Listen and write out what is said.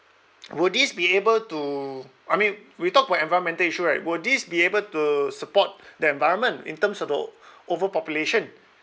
would this be able to I mean we talk about environmental issue right would this be able to support the environment in terms of the o~ overpopulation